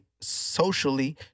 socially